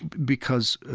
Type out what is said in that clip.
because,